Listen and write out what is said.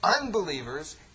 unbelievers